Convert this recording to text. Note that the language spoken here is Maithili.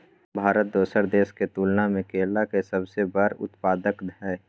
भारत दोसर देश के तुलना में केला के सबसे बड़ उत्पादक हय